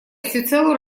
всецело